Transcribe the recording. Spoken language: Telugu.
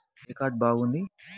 ఏ కార్డు బాగుంది?